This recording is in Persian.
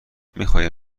میخوای